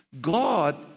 God